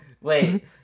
Wait